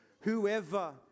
whoever